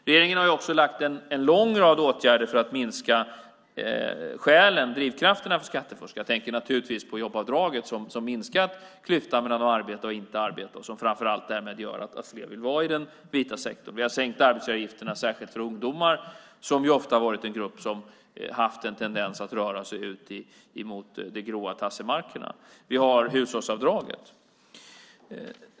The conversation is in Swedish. Regeringen har också lagt fram en lång rad åtgärder för att minska skälen och drivkrafterna till skattefusk. Jag tänker naturligtvis på jobbavdraget, som minskat klyftan mellan att arbeta och att inte arbeta och som framför allt därmed gör att fler vill vara i den vita sektorn. Vi har sänkt arbetsgivaravgifterna särskilt för ungdomar, som ju ofta har varit en grupp som haft en tendens att röra sig ut mot de grå tassemarkerna. Vi har hushållsavdraget.